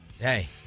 Hey